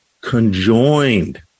conjoined